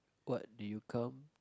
what do you come